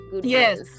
yes